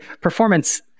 performance